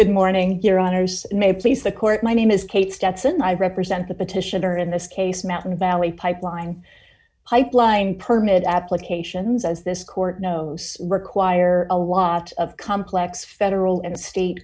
it morning your honour's may place the court my name is kate stetson i represent the petitioner in this case mountain valley pipeline pipeline permit applications as this court knows require a lot of complex federal and state